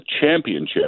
championship